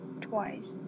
twice